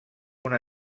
una